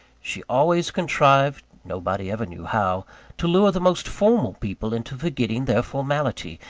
she always contrived nobody ever knew how to lure the most formal people into forgetting their formality,